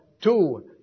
two